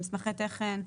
מסמכי תכן,